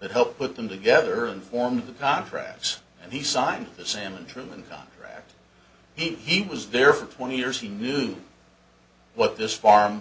that helped put them together and form contracts and he signed the same interim and contract he was there for twenty years he knew what this farm